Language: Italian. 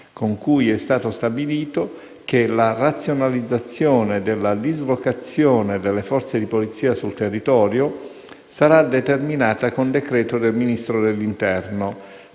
con cui è stato stabilito che la razionalizzazione della dislocazione delle forze di polizia sul territorio sarà determinata con decreto del Ministro dell'interno,